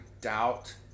doubt